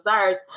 desires